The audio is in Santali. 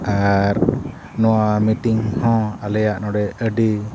ᱟᱨ ᱱᱚᱣᱟ ᱦᱚᱸ ᱟᱞᱮᱭᱟᱜ ᱱᱚᱰᱮ ᱟᱹᱰᱤ